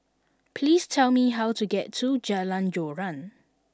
please tell me how to get to Jalan Joran